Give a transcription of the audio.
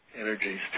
energies